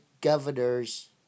governors